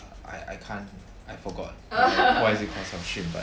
I I can't I forgot why it's called 小群 but